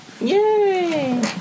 Yay